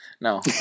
No